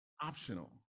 optional